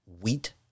wheat